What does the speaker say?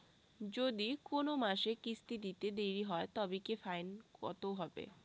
যদি কোন মাসে কিস্তি দিতে দেরি হয় তবে কি ফাইন কতহবে?